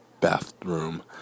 bathroom